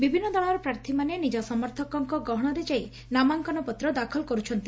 ବିଭିନ୍ନ ଦଳର ପ୍ରାର୍ଥୀମାନେ ନିଜ ସମର୍ଥକଙ୍କ ଗହଶରେ ଯାଇ ନାମାଙ୍କନ ପତ୍ର ଦାଖଲ କର୍ବଛନ୍ତି